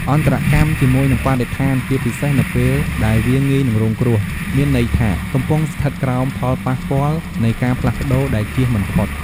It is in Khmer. អន្តរកម្មជាមួយនឹងបរិស្ថានជាពិសេសនៅពេលដែលវាងាយនឹងរងគ្រោះ មានន័យថា កំពុងស្ថិតក្រោមផលប៉ះពាល់នៃការផ្លាស់ប្តូរដែលចៀសមិនផុត។